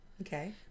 Okay